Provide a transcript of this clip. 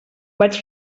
vaig